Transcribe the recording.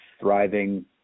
thriving